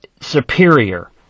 Superior